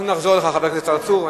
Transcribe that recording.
אנחנו נחזור אליך, חבר הכנסת צרצור.